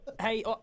hey